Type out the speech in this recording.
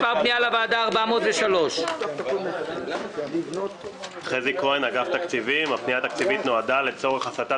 פנייה מס' 403. הפנייה התקציבית נועדה לצורך הסטת